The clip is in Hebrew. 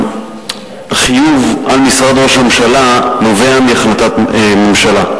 החיוב על משרד ראש הממשלה נובע מהחלטת ממשלה,